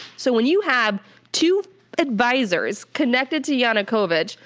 so when you have two advisors connected to yanukovych,